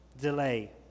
Delay